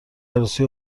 عروسی